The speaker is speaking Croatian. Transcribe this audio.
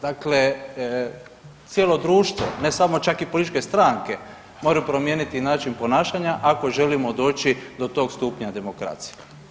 Dakle, cijelo društvo ne samo čak i političke stranke moraju promijeniti način ponašanja ako želimo doći do tog stupnja demokracije.